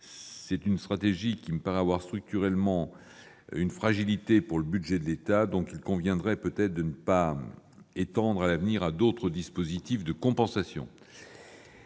C'est une stratégie qui, structurellement, peut fragiliser le budget de l'État. Il conviendrait peut-être de ne pas l'étendre, à l'avenir, à d'autres dispositifs de compensation.